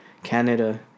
Canada